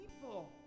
people